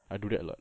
I do that lah